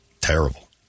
Terrible